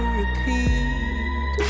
repeat